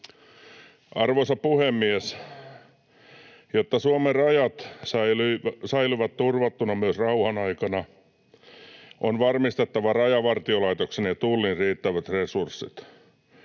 Arvoisa puhemies! Jotta Suomen rajat säilyvät turvattuina myös rauhan aikana, on varmistettava Rajavartiolaitoksen ja Tullin riittävät resurssit.